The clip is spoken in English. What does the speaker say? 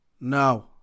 Now